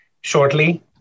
shortly